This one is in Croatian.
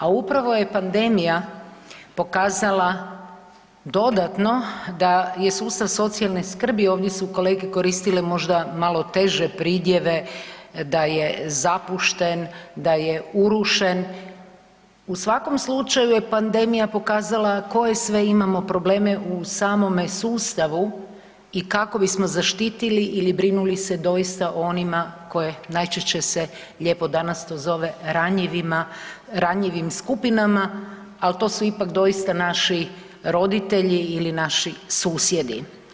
A upravo je pandemija pokazala dodatno da je sustav socijalne skrbi, ovdje su kolege koristile malo teže pridjeve da je zapušten, da je urušen, u svakom slučaju je pandemija pokazala koje sve imamo probleme u samome sustavi i kako bismo zaštitili ili brinuli se o onima koje najčešće se lijepo danas to zove ranjivim skupinama, al to su ipak doista naši roditelji ili naši susjedi.